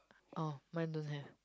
oh mine don't have